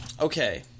Okay